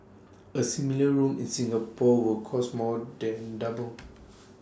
A similar room in Singapore would cost more than double